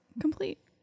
complete